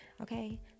Okay